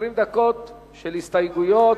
אדוני המזכיר,